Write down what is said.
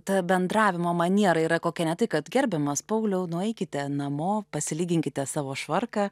ta bendravimo maniera yra kokia ne tai kad gerbiamas pauliau nueikite namo pasilyginkite savo švarką